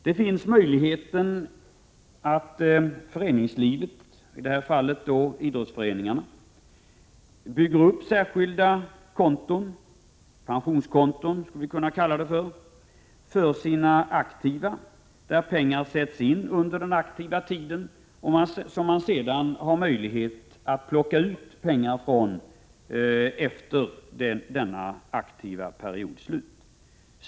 Det finns möjlighet för föreningslivet, i detta fall idrottsledningarna, att bygga upp särskilda pensionskonton för sina aktiva, där pengarna sätts in under den aktiva tiden med möjlighet att ta ut dem efter den aktiva periodens slut.